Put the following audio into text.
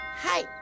Hi